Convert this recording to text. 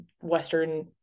Western